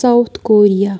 south Korea